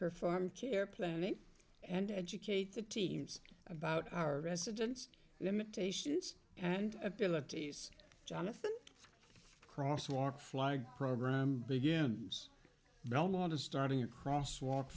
perform care planning and educate the teams about our residents limitations and abilities jonathan cross walk flag program begins belmont is starting a cross walk